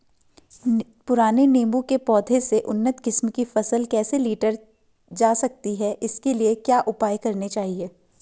पुराने नीबूं के पौधें से उन्नत किस्म की फसल कैसे लीटर जा सकती है इसके लिए क्या उपाय करने चाहिए?